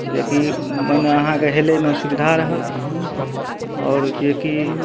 जेकि मने अहाँके हेलैमे सुविधा रहत आओर जेकि